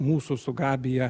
mūsų su gabija